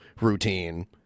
routine